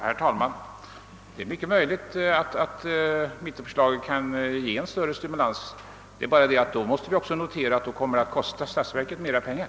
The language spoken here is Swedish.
Herr talman! Det är mycket möjligt att mittenpartiförslaget kan innebära en större stimulans, men man skall också komma ihåg att det i så fall skulle kosta statsverket mera pengar.